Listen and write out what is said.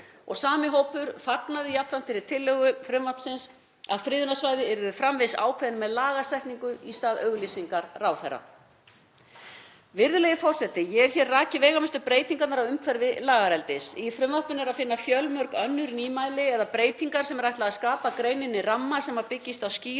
Sami hópur fagnaði jafnframt þeirri tillögu frumvarpsins að friðunarsvæði yrðu framvegis ákveðin með lagasetningu í stað auglýsingar ráðherra. Virðulegur forseti. Ég hef hér rakið veigamestu breytingarnar á umhverfi lagareldis. Í frumvarpinu er að finna fjölmörg önnur nýmæli eða breytingar sem ætlað er að skapa greininni ramma sem byggist á skýrum